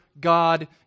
God